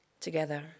Together